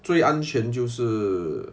注意安全就是